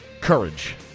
courage